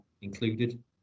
included